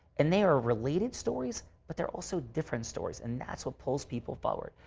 and they are related stories but there are also different stories. and that's what pulls people forward.